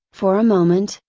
for a moment,